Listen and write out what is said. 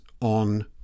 on